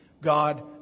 God